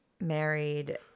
married